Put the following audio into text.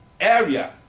area